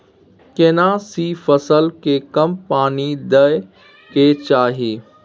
केना सी फसल के कम पानी दैय के चाही?